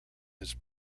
his